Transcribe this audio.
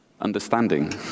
understanding